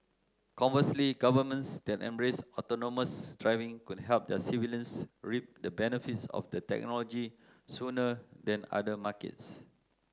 conversely governments that embrace autonomous driving could help their civilians reap the benefits of the technology sooner than other markets